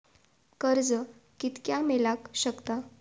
कर्ज कितक्या मेलाक शकता?